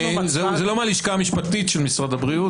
זה לא מהלשכה המשפטית של משרד הבריאות,